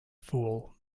fool